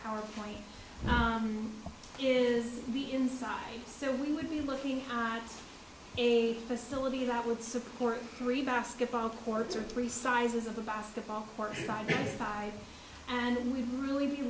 power point it is the inside so we would be looking on a facility that would support three basketball courts or three sizes of the basketball court by side and we'd really be